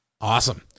Awesome